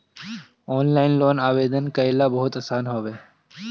online loan आवेदन कईल बहुते आसान हवे